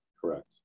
Correct